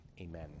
Amen